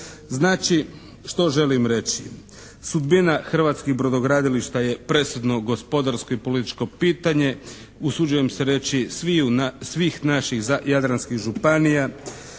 Znači, što želim reći? Sudbina hrvatskih brodogradilišta je presudno gospodarsko i političko pitanje, usuđujem se reći svih naših jadranskih županija